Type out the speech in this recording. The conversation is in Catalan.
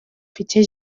fitxer